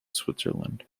switzerland